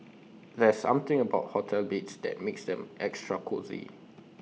there's something about hotel beds that makes them extra cosy